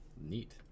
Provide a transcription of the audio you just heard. neat